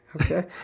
Okay